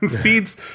feeds